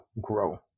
grow